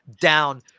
down